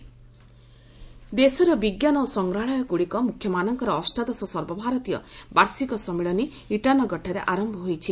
Itanagar conference ଦେଶର ବିଜ୍ଞାନ ଓ ସଂଗ୍ରହାଳୟଗୁଡିକର ମୁଖ୍ୟମାନଙ୍କର ଅଷ୍ଟାଦଶ ସର୍ବଭାରତୀୟ ବାର୍ଷିକ ସମ୍ମିଳନୀ ଇଟାନଗରଠାରେ ଆରମ୍ଭ ହୋଇଛି